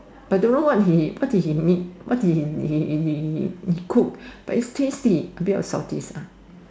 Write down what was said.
but don't know what he what did he mean what did he cook but its tasty a bit of saltish